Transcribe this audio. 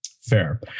Fair